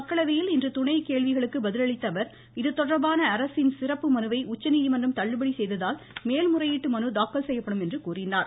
மக்களவையில் இன்று துணை கேள்விகளுக்கு பதிலளித்தஅவர் இதுதொடர்பான அரசின் சிறப்பு மனுவை உச்சநீதிமன்றம் தள்ளுபடி செய்ததால் மேல் முறையீட்டு மனு தாக்கல் செய்யப்படும் என்றார்